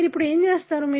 మీరు ఏమి చేసారు